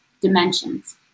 dimensions